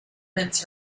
mince